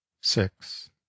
Six